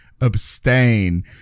abstain